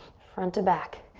front to back.